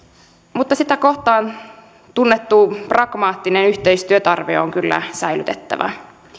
mutta sitä kohtaan tunnettu pragmaattinen yhteistyötarve on kyllä säilytettävä